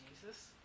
Jesus